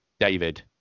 David